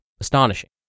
astonishing